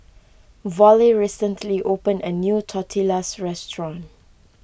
Vollie recently opened a new Tortillas restaurant